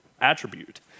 attribute